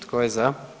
Tko je za?